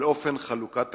על אופן חלוקת תקציביהם,